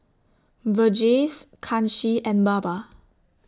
Verghese Kanshi and Baba